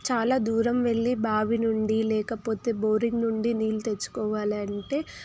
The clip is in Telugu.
చాలా దూరం వెళ్ళి బావి నుండి లేకపోతే బోరింగ్ నుండి నీళ్ళు తెచ్చుకోవాలి అంటే